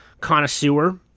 connoisseur